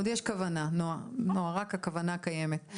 עוד יש כוונה נועה, כלומר רק הכוונה קיימת.